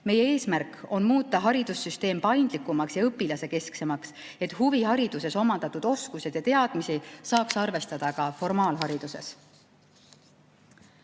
Meie eesmärk on muuta haridussüsteem paindlikumaks ja õpilasekesksemaks, et huvihariduses omandatud oskusi ja teadmisi saaks arvestada ka formaalhariduses.